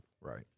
Right